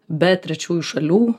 be trečiųjų šalių